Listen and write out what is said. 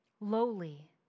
lowly